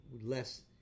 less